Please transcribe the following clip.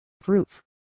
fruits